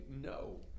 no